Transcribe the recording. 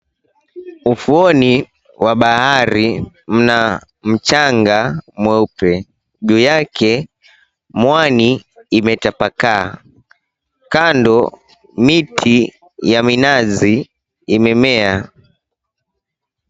Ufuoni mwa bahari mna mchanga mweupe. Juu yake mwani imetapakaa, kando miti ya minazi imemea.